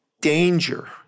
danger